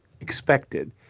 expected